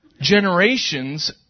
generations